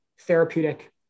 therapeutic